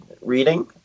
reading